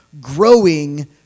growing